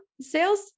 sales